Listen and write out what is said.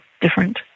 different